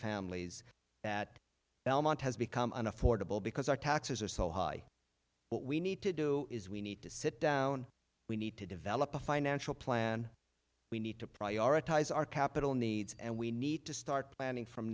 families that belmont has become unaffordable because our taxes are so high what we need to do is we need to sit down we need to develop a financial plan we need to prioritize our capital needs and we need to start planning from